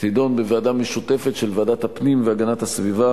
תידון בוועדה משותפת של ועדת הפנים והגנת הסביבה